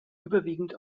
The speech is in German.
überwiegend